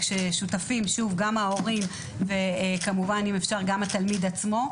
ששותפים לו גם ההורים וכמובן אם אפשר גם התלמיד עצמו,